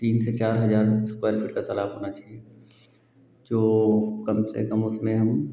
तीन से चार हज़ार स्क्वायर फीट का तालाब होना चाहिए जो कम से कम उसमें हम